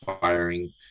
firing